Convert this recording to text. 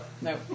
No